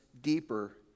deeper